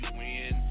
win